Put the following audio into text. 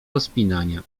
rozpinania